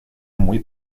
muy